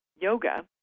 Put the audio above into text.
yoga